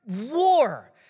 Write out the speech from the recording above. war